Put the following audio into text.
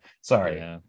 Sorry